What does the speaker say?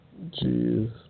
Jeez